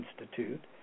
Institute